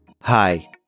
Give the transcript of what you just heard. Hi